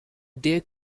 there